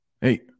Hey